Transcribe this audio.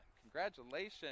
congratulations